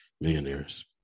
millionaires